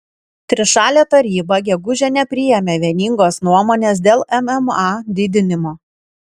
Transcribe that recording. trišalė taryba gegužę nepriėmė vieningos nuomonės dėl mma didinimo